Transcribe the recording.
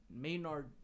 Maynard